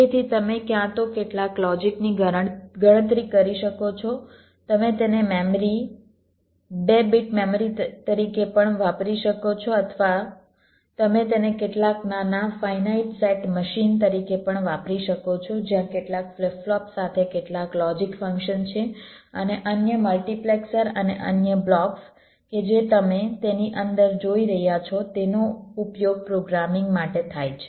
તેથી તમે ક્યાં તો કેટલાક લોજિકની ગણતરી કરી શકો છો તમે તેને મેમરી બે બીટ મેમરી તરીકે પણ વાપરી શકો છો અથવા તમે તેને કેટલાક નાના ફાઇનાઇટ સેટ મશીન તરીકે પણ વાપરી શકો છો જ્યાં કેટલાક ફ્લિપ ફ્લોપ સાથે કેટલાક લોજિક ફંક્શન છે અને અન્ય મલ્ટિપ્લેક્સર અને અન્ય બ્લોક્સ કે જે તમે તેની અંદર જોઈ રહ્યા છો તેનો ઉપયોગ પ્રોગ્રામિંગ માટે થાય છે